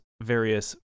various